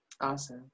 Awesome